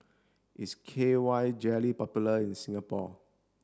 is K Y jelly popular in Singapore